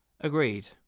Agreed